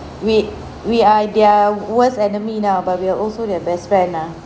we we are their worst enemy now but we are also their best friend lah